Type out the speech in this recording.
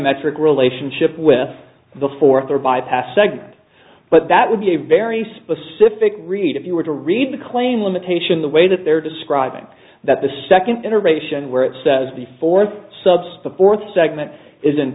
geometric relationship with the fourth or bypassed segment but that would be a very specific read if you were to read the claim limitation the way that they're describing that the second iteration where it says the fourth subs the fourth segment isn't